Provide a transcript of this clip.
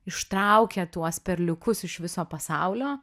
ištraukė tuos perliukus iš viso pasaulio